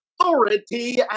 authority